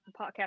podcast